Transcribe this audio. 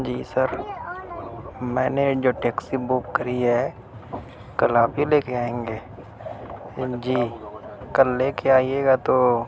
جی sir میں نے جو ٹیکسی بک کری ہے کل آپ ہی لے کے آئیں گے جی کل لے کے آئیے گا تو